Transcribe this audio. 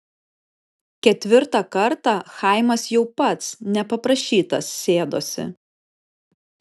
ketvirtą kartą chaimas jau pats nepaprašytas sėdosi